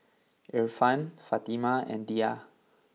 Irfan Fatimah and Dhia